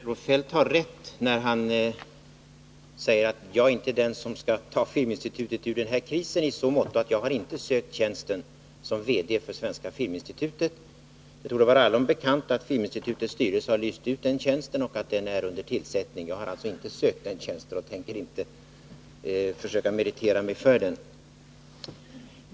Fru talman! Kjell-Olof Feldt har rätt när han säger att jag inte är den som skall ta Filminstitutet ur den här krisen, i så måtto att jag inte sökt tjänsten som VD för Filminstitutet. Det torde vara allom bekant att Filminstitutet har lyst ut den tjänsten och att den är under tillsättning. Jag har alltså inte sökt tjänsten och tänker inte försöka meritera mig för den.